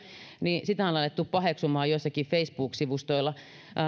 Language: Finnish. niin sitä on alettu paheksumaan joillakin facebook sivustoilla